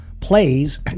Plays